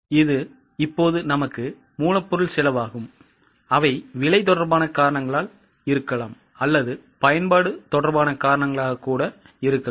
இது இப்போது நமக்கு மூலப்பொருள் செலவாகும் அவை விலை தொடர்பான காரணங்களால் இருக்கலாம் அல்லது பயன்பாடு தொடர்பானகாரணங்களால் இருக்கலாம்